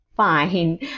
fine